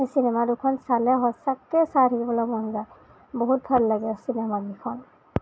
সেই চিনেমা দুখন চালে সঁচাকৈয়ে চাই থাকিবলৈ মন যায় বহুত ভাল লাগে চিনেমাকেইখন